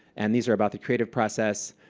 and these are about the creative process.